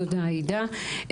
תודה עאידה.